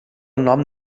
nom